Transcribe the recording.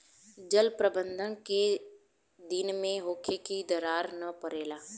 जल प्रबंधन केय दिन में होखे कि दरार न परेला?